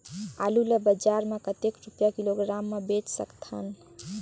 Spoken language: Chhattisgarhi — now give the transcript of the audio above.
आलू ला बजार मां कतेक रुपिया किलोग्राम म बेच सकथन?